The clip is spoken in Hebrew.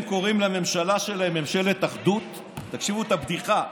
הם קוראים לממשלה שלהם "ממשלת אחדות" תקשיבו לבדיחה,